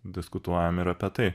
diskutuojam ir apie tai